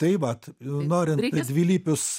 tai vat norint dvilypius